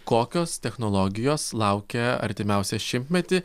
kokios technologijos laukia artimiausią šimtmetį